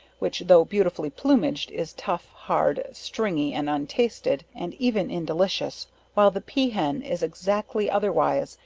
which, tho' beautifully plumaged, is tough, hard, stringy, and untasted, and even indelicious while the pea hen is exactly otherwise,